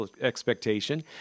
expectation